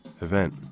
event